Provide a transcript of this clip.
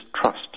Trust